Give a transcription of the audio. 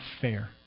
fair